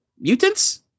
Mutants